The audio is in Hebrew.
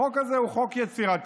החוק הזה הוא חוק יצירתי.